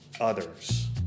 others